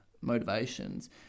motivations